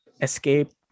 escape